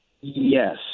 Yes